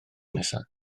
nesaf